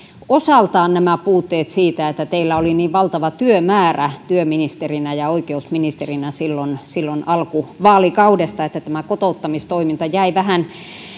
nämä puutteet osaltaan siitä että teillä oli niin valtava työmäärä työministerinä ja oikeusministerinä silloin silloin alkuvaalikaudesta että tämä kotouttamistoiminta jäi vähän